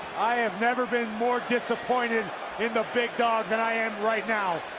i have never been more disappointed in the big dog than i am right now.